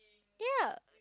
ya